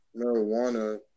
marijuana